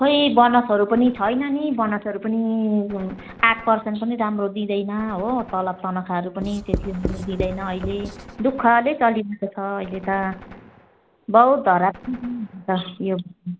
खोई बोनसहरू पनि छैन नि बोनसहरू पनि आठ पर्सन्ट पनि राम्रो दिँदैन हो तलब तनखाहरू पनि त्यति राम्रो दिँदैन अहिले दुःखले चलिरहेको छ अहिले त बहुत हरामी यो